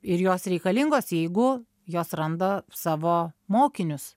ir jos reikalingos jeigu jos randa savo mokinius